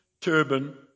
turban